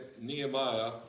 Nehemiah